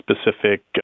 specific